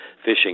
fishing